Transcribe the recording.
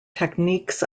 techniques